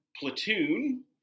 platoon